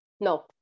No